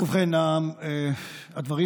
ובכן, הדברים